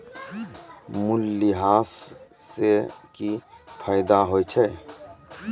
मूल्यह्रास से कि फायदा होय छै?